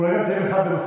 כולל, גם זה יכול להיות.